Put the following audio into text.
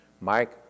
Mike